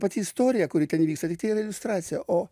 pati istorija kuri ten įvyksta tai tai yra iliustracija o